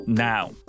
Now